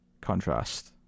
contrast